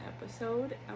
episode